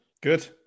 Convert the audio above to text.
Good